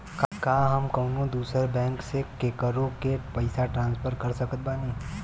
का हम कउनों दूसर बैंक से केकरों के पइसा ट्रांसफर कर सकत बानी?